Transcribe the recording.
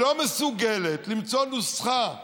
לא מסוגלת למצוא נוסחה,